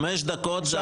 חמש דקות זה המינימום.